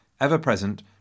ever-present